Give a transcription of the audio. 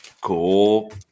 cool